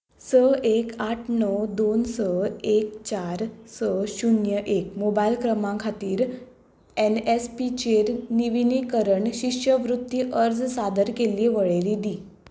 स एक आठ णव दोन स एक चार स शुन्य एक मोबायल क्रमांक खातीर एन एस पी चेर निविनिकरण शिश्यवृत्ती अर्ज सादर केल्ली वळेरी दी